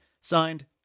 Signed